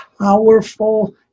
powerful